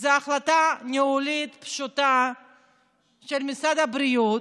זו החלטה ניהולית פשוטה של משרד הבריאות.